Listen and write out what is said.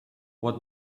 what